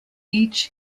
each